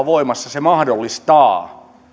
voimassa mahdollistaa